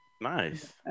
nice